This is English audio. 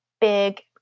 big